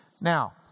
Now